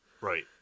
Right